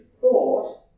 thought